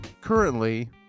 currently